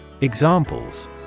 Examples